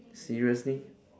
seriously